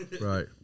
Right